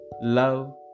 Love